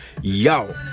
Yo